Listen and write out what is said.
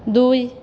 দুই